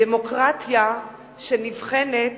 דמוקרטיה שנבחנת